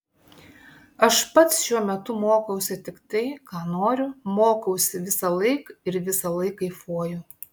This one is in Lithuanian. aš pats šiuo metu mokausi tik tai ką noriu mokausi visąlaik ir visąlaik kaifuoju